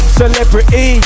celebrity